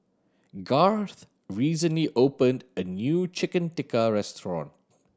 Garth recently opened a new Chicken Tikka restaurant